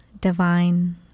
divine